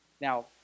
Now